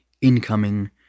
incoming